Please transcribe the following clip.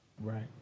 Right